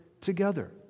together